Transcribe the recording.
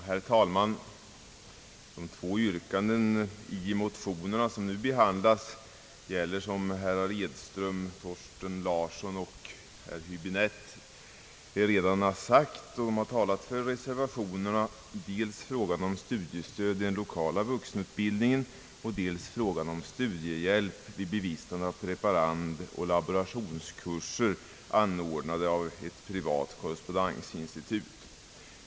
Herr talman! De båda yrkanden i motionerna som nu behandlas gäller — som herrar Edström, Thorsten Larsson och Häbinette redan sagt då de talat för reservationerna — dels frågan om studiestöd i den lokala vuxenutbildningen och dels frågan om studiehjälp till bevistandet av preparandoch laborationskurser, anordnade av ett privat korrespondensinstitut.